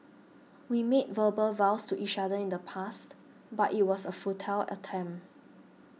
we made verbal vows to each other in the past but it was a futile attempt